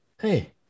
Hey